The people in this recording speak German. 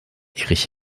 erich